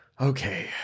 Okay